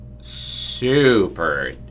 super